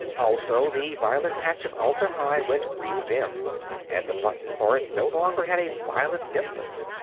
also, the violet patch of atla-hi went real dim and the button for it no longer had a violet nimbus.